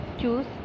Choose